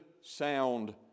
sound